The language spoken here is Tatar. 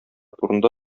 турында